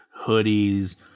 hoodies